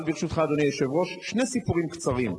אבל, ברשותך, אדוני היושב-ראש, שני סיפורים קצרים.